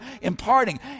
imparting